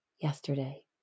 yesterday